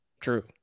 True